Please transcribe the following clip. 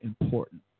important